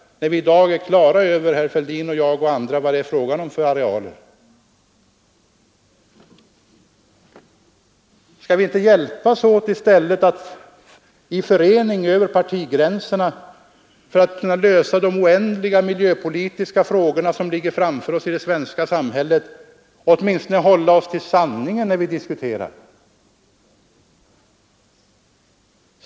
Är det riktigt, när vi i dag är klara över vad det är fråga om för arealer? Skall vi inte i stället hjälpas åt i förening över partigränserna för att lösa de oändliga miljöpolitiska problem som ligger framför oss i svenska samhället och åtminstone hålla oss till sanningen när vi diskuterar?